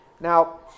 Now